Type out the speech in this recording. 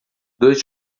dois